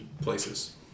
places